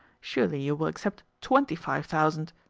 surely you will accept twenty-five thousand?